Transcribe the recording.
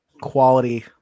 quality